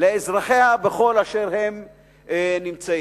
לאזרחיה בכל אשר הם נמצאים.